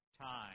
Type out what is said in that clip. time